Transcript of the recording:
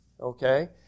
Okay